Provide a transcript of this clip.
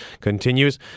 continues